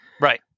Right